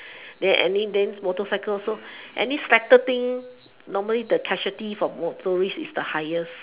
then any then motorcycle also any cycle thing normally the casualties for motorists is the highest